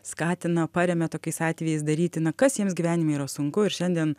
skatina paremia tokiais atvejais daryti na kas jiems gyvenime yra sunku ir šiandien